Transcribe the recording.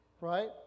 Right